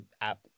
app